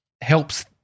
helps